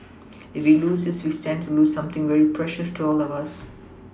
if we lose this we stand to lose something very precious to all of us